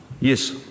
Yes